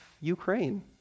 Ukraine